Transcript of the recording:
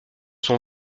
son